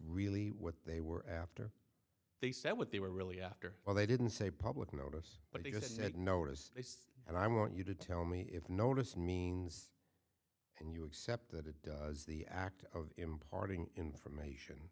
really what they were after they said what they were really after well they didn't say public notice but they said notice and i want you to tell me if noticed means and you accept that it does the act of imparting information